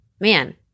man